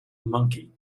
monkey